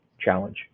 challenge